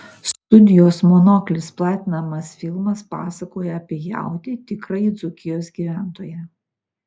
studijos monoklis platinamas filmas pasakoja apie jautį tikrąjį dzūkijos gyventoją